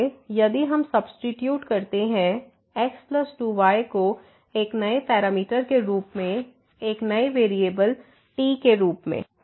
इस लिए यदि हम सब्सीट्यूट करते हैं x 2 y को एक नए पैरामीटर के रूप में एक नए वेरिएबल t के रूप में